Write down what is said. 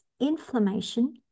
inflammation